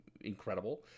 incredible